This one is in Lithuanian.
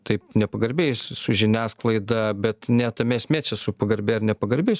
taip nepagarbiais su žiniasklaida bet ne tame esmė čia su pagarbia ar nepagarbis